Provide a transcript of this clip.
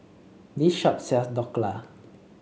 this shop sells Dhokla